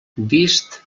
vist